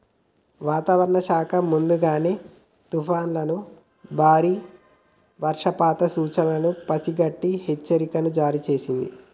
వాతావరణ శాఖ ముందుగానే తుఫానులను బారి వర్షపాత సూచనలను పసిగట్టి హెచ్చరికలను జారీ చేస్తుంది